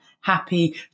happy